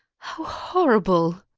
how horrible!